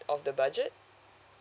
of the budget